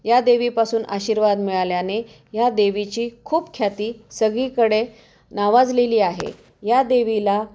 या देवीपासून आशीर्वाद मिळाल्याने या देवीची खूप ख्याती सगळीकडे नावाजलेली आहे या देवीला